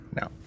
No